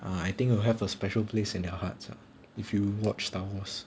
I think you'll have a special place in your hearts ah if you watch star wars